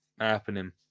happening